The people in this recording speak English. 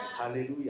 Hallelujah